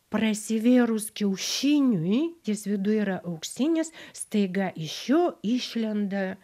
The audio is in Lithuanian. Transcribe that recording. prasivėrus kiaušiniui jis viduj yra auksinis staiga iš jo išlenda